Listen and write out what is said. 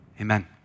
Amen